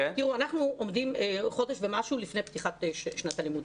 אנחנו עומדים חודש ומשהו לפני פתיחת שנת הלימודים,